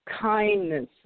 kindness